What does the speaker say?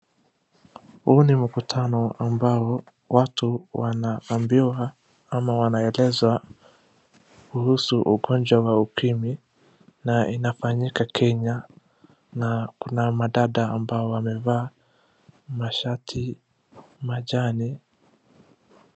Huu ni mkutano ambao watu wanaambiwa ama wanaelezwa kuhusu ugonjwa wa ukimwi na inafanyika Kenya na kuna madada ambao wamevaa mashati majani.